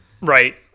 Right